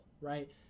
right